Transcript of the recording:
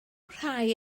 rhai